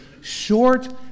short